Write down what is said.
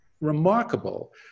remarkable